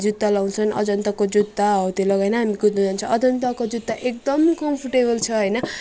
जुत्ता लगाउँछन् अजन्ताको जुत्ता हौ त्यो लगाएर हामी कुद्नु जान्छौँ अजन्ताको जुत्ता एकदम कम्फोर्टेबल छ होइन